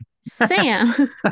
Sam